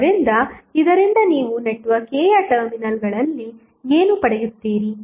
ಆದ್ದರಿಂದ ಇದರಿಂದ ನೀವು ನೆಟ್ವರ್ಕ್ a ಯ ಟರ್ಮಿನಲ್ಗಳಲ್ಲಿ ಏನು ಪಡೆಯುತ್ತೀರಿ